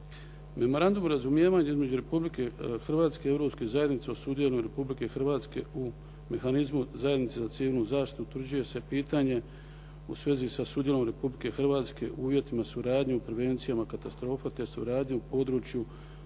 Memorandum o razumijevanju između Republike Hrvatske i Europske zajednice o sudjelovanju Republike Hrvatske u mehanizmu zajednice za civilnu zaštitu utvrđuje se pitanje u svezi sa sudjelovanjem Republike Hrvatske uvjeti na suradnju i prevencijama katastrofa te suradnju u području